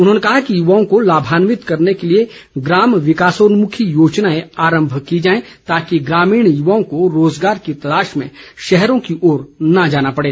उन्होंने कहा कि युवाओं को लाभान्वित करने के लिए ग्राम विकासोन्नमुखी योजनाएं आरंभ की जाएं ताकि ग्रामीण युवाओं को रोजगार की तलाश में शहरों की ओर न जाना पड़े